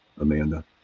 Amanda